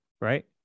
Right